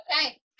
Okay